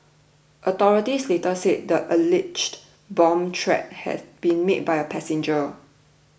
authorities later said the alleged bomb threat had been made by a passenger